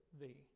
thee